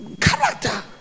Character